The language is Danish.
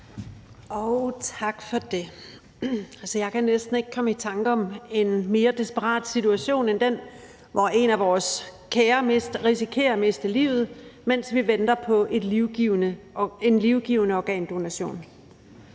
Tak for det. Jeg kan næsten ikke komme i tanker om en mere desperat situation end den, hvor en af vores kære risikerer at miste livet, mens vi venter på en livgivende organdonation.